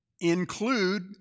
include